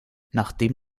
nachdem